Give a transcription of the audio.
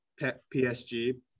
PSG